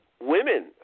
women